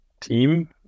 team